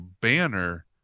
banner